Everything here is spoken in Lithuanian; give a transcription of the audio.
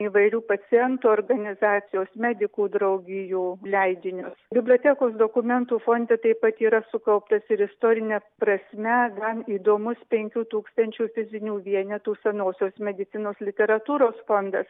įvairių pacientų organizacijos medikų draugijų leidinius bibliotekos dokumentų fonde taip pat yra sukauptas ir istorine prasme gan įdomus penkių tūkstančių fizinių vienetų senosios medicinos literatūros fondas